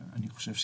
אני חושב שכן.